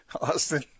Austin